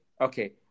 okay